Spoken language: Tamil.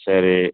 சரி